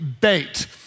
bait